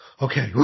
okay